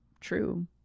True